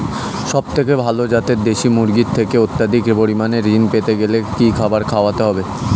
সবথেকে ভালো যাতে দেশি মুরগির থেকে অত্যাধিক পরিমাণে ঋণ পেতে গেলে কি খাবার খাওয়াতে হবে?